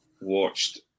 watched